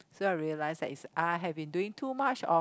so I realize that is I had been doing too much of